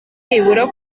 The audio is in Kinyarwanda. nibura